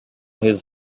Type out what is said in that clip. his